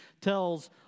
tells